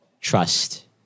trust